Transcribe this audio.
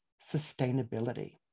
sustainability